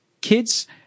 kids